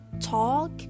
talk